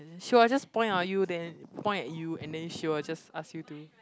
she will just point on you then point at you and then she will just ask you do